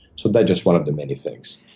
so that's just one of the many things.